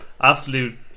absolute